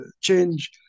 change